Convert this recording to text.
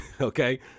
okay